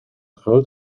groot